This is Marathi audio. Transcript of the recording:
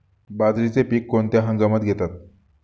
बाजरीचे पीक कोणत्या हंगामात घेतात?